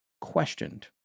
questioned